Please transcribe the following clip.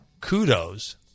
Kudos